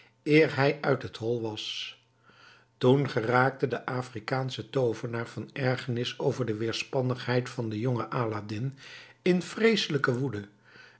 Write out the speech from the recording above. eer hij uit het hol was toen geraakte de afrikaansche toovenaar van ergernis over de weerspannigheid van den jongen aladdin in een vreeselijke woede